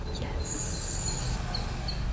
Yes